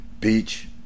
beach